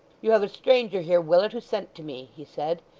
you have a stranger here, willet, who sent to me he said,